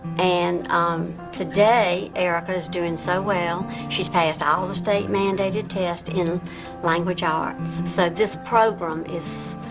and today erica is doing so well, she's passed all the state mandated tests in language arts. so this program is